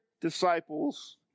disciples